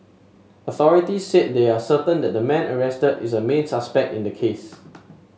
authorities said they are certain that the man arrested is a main suspect in the case